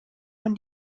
man